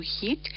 heat